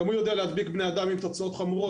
גם הוא יודע להדביק בני אדם עם תוצאות חמורות,